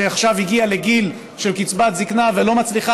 שעכשיו הגיעה לגיל של קצבת זקנה ולא מצליחה